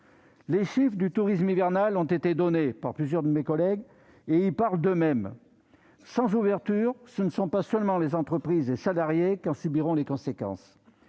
Les chiffres du tourisme hivernal, qui ont été donnés par plusieurs de mes collègues, sont éloquents. Sans ouverture, ce ne sont pas uniquement les entreprises et les salariés qui en subiront les conséquences